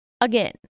again